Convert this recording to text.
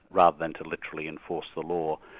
rather than to literally enforce the law.